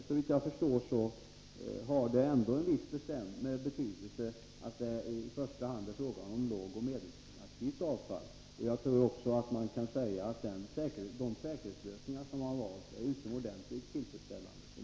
Såvitt jag förstår har det en viss betydelse att det i första hand är fråga om lågoch medelaktivt avfall. Jag tror också att de säkerhetslösningar som valts är utomordentligt tillfredsställande.